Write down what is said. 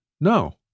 No